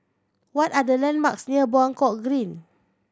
what are the landmarks near Buangkok Green